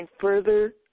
further